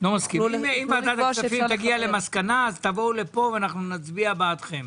אם ועדת הכספים תגיע למסקנה אז תבואו לפה ואנחנו נצביע בעדכם.